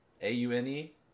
A-U-N-E